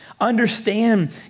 understand